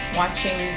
watching